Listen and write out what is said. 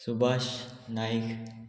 Subhash Naik